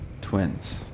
twins